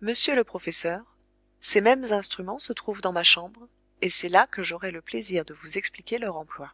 monsieur le professeur ces mêmes instruments se trouvent dans ma chambre et c'est là que j'aurai le plaisir de vous expliquer leur emploi